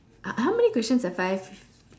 how how many questions have I